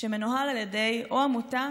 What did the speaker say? שמנוהל על ידי עמותה